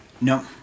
No